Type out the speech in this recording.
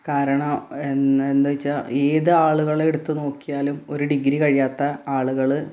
കാരണം എന്നു എന്താ വെച്ചാൽ ഏത് ആളുകളെ എടുത്തു നോക്കിയാലും ഒരു ഡിഗ്രി കഴിയാത്ത ആളുകൾ